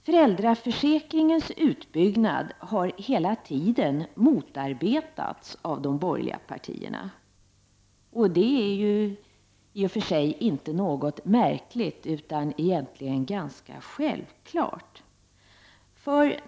Föräldraförsäkringens utbyggnad har hela tiden motarbetats av de borgerliga partierna. Det är i och för sig inte något märkligt, utan egentligen ganska självklart.